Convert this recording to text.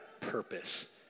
purpose